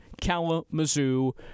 Kalamazoo